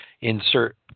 insert